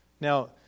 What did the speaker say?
Now